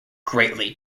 greatly